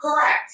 Correct